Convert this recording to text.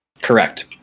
Correct